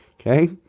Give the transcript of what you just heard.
Okay